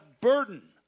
burden